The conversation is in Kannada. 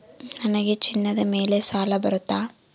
ನನಗೆ ಚಿನ್ನದ ಮೇಲೆ ಸಾಲ ಬರುತ್ತಾ?